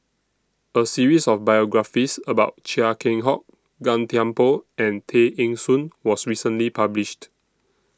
A series of biographies about Chia Keng Hock Gan Thiam Poh and Tay Eng Soon was recently published